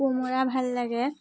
কোমোৰা ভাল লাগে